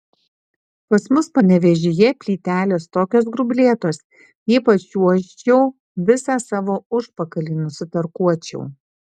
pas mus panevėžyje plytelės tokios grublėtos jei pačiuožčiau visą savo užpakalį nusitarkuočiau